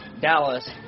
Dallas